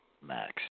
Max